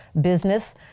business